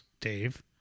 Dave